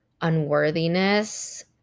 unworthiness